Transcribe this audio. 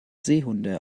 seehunde